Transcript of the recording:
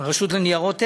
מהרשות לניירות ערך,